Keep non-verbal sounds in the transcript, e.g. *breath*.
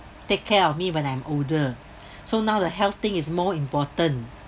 take care of me when I'm older *breath* so another health thing is more important